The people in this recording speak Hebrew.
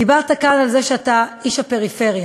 דיברת כאן על זה שאתה איש הפריפריה,